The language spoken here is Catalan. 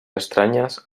estranyes